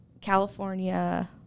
California